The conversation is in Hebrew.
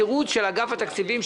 התירוץ של אגף התקציבים,